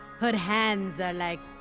her hands are like,